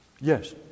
Yes